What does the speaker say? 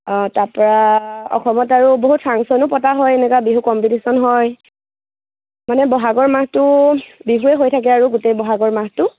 অঁ তাৰপৰা অসমত আৰু বহুত ফাংচনো পতা হয় এনেকুৱা বিহু কম্পিটিশ্যন হয় মানে বহাগৰ মাহটো বিহুৱে হৈ থাকে আৰু গোটেই বহাগৰ মাহটো